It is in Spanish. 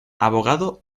abogado